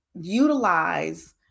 utilize